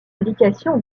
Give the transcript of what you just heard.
indication